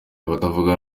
abatavuga